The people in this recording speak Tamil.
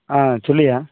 ஆ சொல்லுய்யா